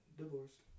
divorced